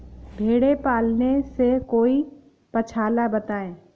भेड़े पालने से कोई पक्षाला बताएं?